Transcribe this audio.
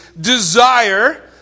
desire